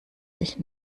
sich